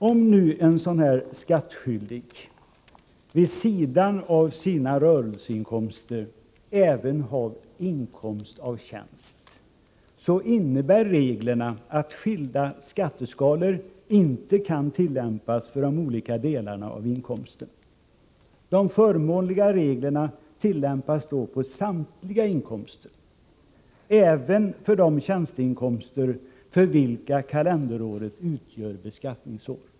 Om en sådan här skattskyldig vid sidan av sina rörelseinkomster även har inkomst av tjänst, innebär reglerna att skilda skatteskalor inte kan tillämpas för de olika delarna av inkomsten. De förmånliga reglerna tillämpas då när det gäller samtliga inkomster, även när det gäller de tjänsteinkomster för vilka kalenderåret utgör beskattningsåret.